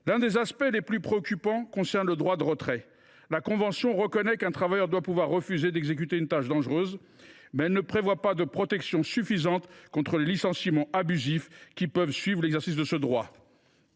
L’un des aspects les plus préoccupants concerne le droit de retrait. La convention reconnaît qu’un travailleur doit pouvoir refuser d’exécuter une tâche dangereuse, mais elle ne prévoit pas de protection suffisante contre les licenciements abusifs qui peuvent suivre l’exercice de ce droit.